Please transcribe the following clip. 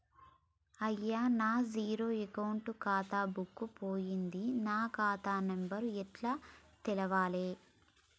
అయ్యా నా zero account ఖాతా బుక్కు పోయింది నా ఖాతా నెంబరు ఎట్ల తెలవాలే?